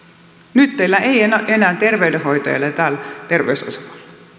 nyt teillä ei enää enää terveydenhoitajia ole täällä terveysasemalla